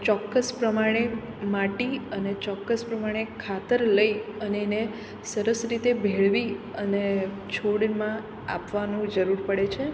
ચોક્કસ પ્રમાણે માટી અને ચોક્કસ પ્રમાણે ખાતર લઈ અને એને સરસ રીતે ભેળવી અને છોડમાં આપવાનું જરૂર પડે છે